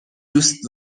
دوست